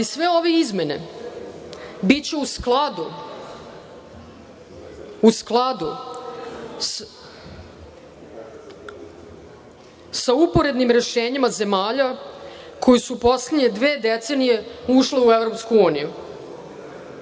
Sve ove izmene biće u skladu sa uporednim rešenjima zemalja koje su poslednje dve decenije ušle u EU.